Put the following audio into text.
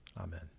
Amen